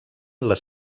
les